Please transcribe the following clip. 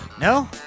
No